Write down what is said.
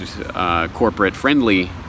corporate-friendly